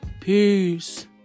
Peace